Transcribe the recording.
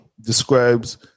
Describes